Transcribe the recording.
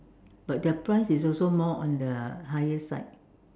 but their price is also more on the higher side